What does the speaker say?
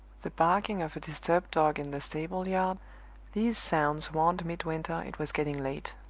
the barking of a disturbed dog in the stable-yard these sounds warned midwinter it was getting late.